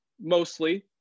mostly